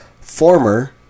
former